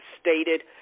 stated